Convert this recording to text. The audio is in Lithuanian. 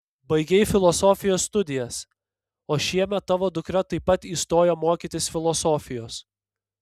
baigei filosofijos studijas o šiemet tavo dukra taip pat įstojo mokytis filosofijos